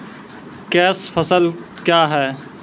Cash फसल क्या हैं?